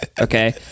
okay